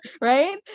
right